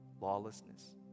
lawlessness